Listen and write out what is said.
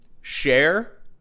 share